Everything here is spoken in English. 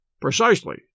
Precisely